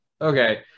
Okay